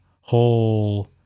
whole